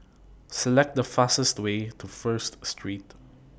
Select The fastest Way to First Street